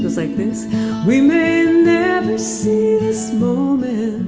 like this we may never see this moment